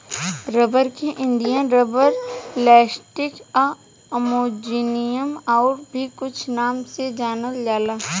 rubber के Indian rubber, latex आ Amazonian आउर भी कुछ नाम से जानल जाला